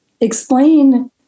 explain